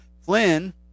Flynn